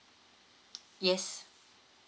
yes